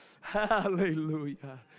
Hallelujah